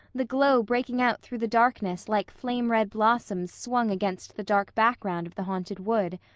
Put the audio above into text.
the glow breaking out through the darkness like flame-red blossoms swung against the dark background of the haunted wood.